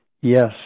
Yes